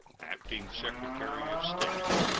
acting secretary of state.